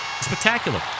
Spectacular